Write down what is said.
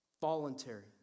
Voluntary